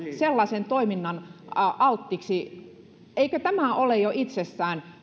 sellaiselle toiminnalle alttiiksi tämä ole jo itsessään